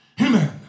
Amen